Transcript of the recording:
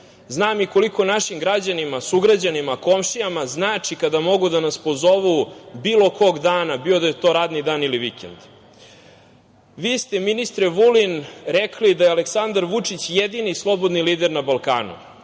Znam i koliko našim građanima, sugrađanima, komšijama znači kada mogu da nas pozovu bilo kog dana, bilo da je to radni dan ili vikend. Vi ste, ministre Vulin, rekli da je Aleksandar Vučić jedini slobodni lider na Balkanu.